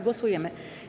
Głosujemy.